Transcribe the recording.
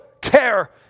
care